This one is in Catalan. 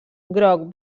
groc